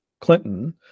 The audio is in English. Clinton